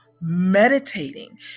meditating